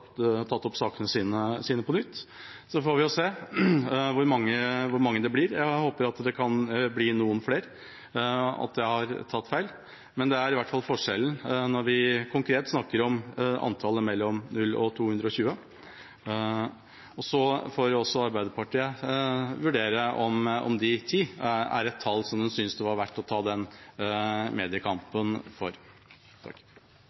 blir. Jeg håper at det kan bli noen flere, at jeg har tatt feil. Men dette er i hvert fall forskjellen når vi konkret snakker om antallet mellom 0 og 220. Så får også Arbeiderpartiet vurdere om de ti er et tall som en synes det var verdt å ta den